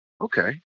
Okay